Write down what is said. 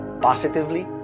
Positively